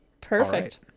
perfect